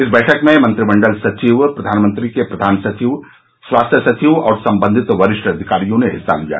इस बैठक में मंत्रिमंडल सचिव प्रधानमंत्री के प्रधान सचिव स्वास्थ सचिव और संबंधित वरिष्ठ अधिकारियों ने हिस्सा लिया